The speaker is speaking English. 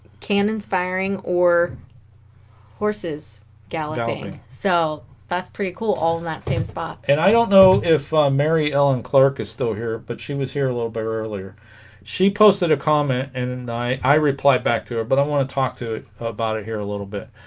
cannons firing or horses galloping so that's pretty cool all in that same spot and i don't know if mary ellen clark is still here but she was here a little bit earlier she posted a comment and and i i replied back to it but i want to talk to about it here a little bit